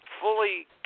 fully